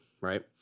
right